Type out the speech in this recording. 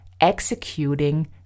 executing